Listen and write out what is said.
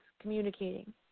communicating